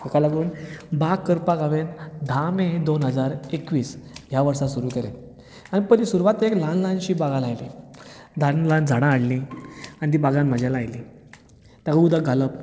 हाका लागून बाग करपाक हांवें धा मे दोन हजार एकवीस ह्या वर्सा सुरू केलें आनी पयलीं सुरवातेक ल्हान ल्हानशी बागां लायलीं ल्हान ल्हान झाडां हाडली आनी ती बागान म्हज्या लायली तेका उदक घालप